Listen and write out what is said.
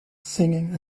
singing